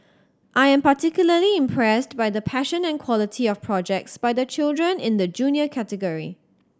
I am particularly impressed by the passion and quality of projects by the children in the Junior category